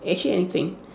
actually anything